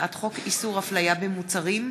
הצעת חוק איסור הפליה במוצרים,